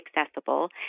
accessible